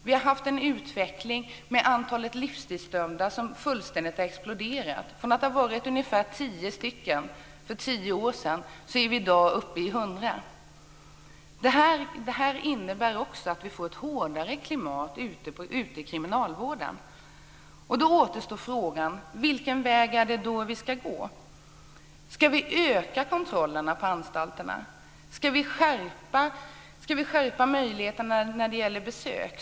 Vi har haft en utveckling där antalet livstidsdömda fullständigt har exploderat. Från att ha varit ungefär 10 för tio år sedan är siffran i dag uppe i 100. Det här innebär också att vi får ett hårdare klimat ute i kriminalvården. Då återstår frågan: Vilken väg ska vi gå? Ska vi öka kontrollerna på anstalterna? Ska vi skärpa villkoren för besök?